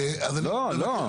לא, לא.